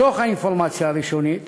מתוך האינפורמציה הראשונית